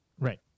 Right